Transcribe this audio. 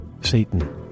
Satan